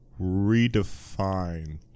redefine